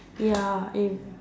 ya e~